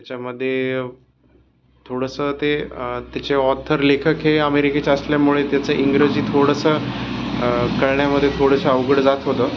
त्याच्यामध्ये थोडंसं ते त्याचे ऑथर लेखक हे अमेरिकेच्या असल्यामुळे त्याचं इंग्रजी थोडंसं कळण्यामध्ये थोडंसं अवघड जात होतं